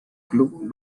club